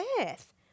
earth